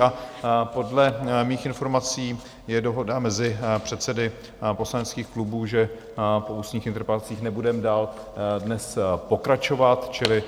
A podle mých informací je dohoda mezi předsedy poslaneckých klubů, že po ústních interpelacích nebudeme dál dnes pokračovat, čili